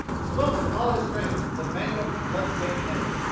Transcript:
smote with all his strength the mangled, blood-stained heads.